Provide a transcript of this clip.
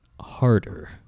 harder